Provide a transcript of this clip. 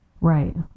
right